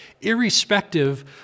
irrespective